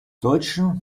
deutschen